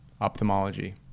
ophthalmology